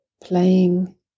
playing